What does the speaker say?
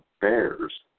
Bears